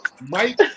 Mike